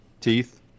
teeth